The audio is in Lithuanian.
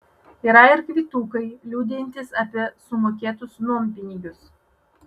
yra ir kvitukai liudijantys apie sumokėtus nuompinigius